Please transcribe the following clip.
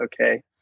Okay